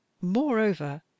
Moreover